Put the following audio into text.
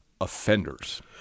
offenders